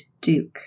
Duke